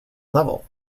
level